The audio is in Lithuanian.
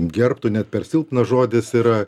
gerbtų net per silpnas žodis yra